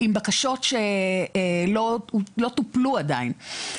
עם בקשות שלא טופלו עדיין.